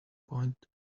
point